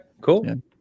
cool